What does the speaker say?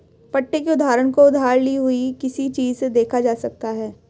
पट्टे के उदाहरण को उधार ली हुई किसी चीज़ से देखा जा सकता है